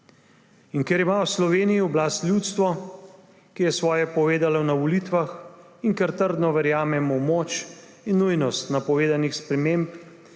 Ker ima v Sloveniji oblast ljudstvo, ki je svoje povedalo na volitvah, in ker trdno verjamem v moč in nujnost napovedanih sprememb,